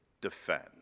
defend